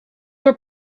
were